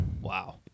Wow